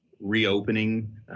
reopening